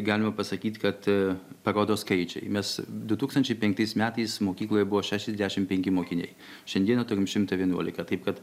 galima pasakyt kad parodo skaičiai mes du tūkstančiai penktais metais mokykloje buvo šešiasdešimt penki mokiniai šiandieną turim šimtą vienuolika taip kad